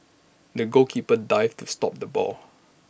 the goalkeeper dived to stop the ball